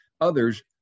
others